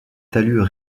talus